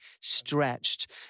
stretched